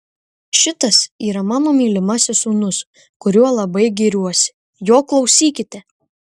šitas yra mano mylimasis sūnus kuriuo labai gėriuosi jo klausykite